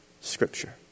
Scripture